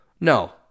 No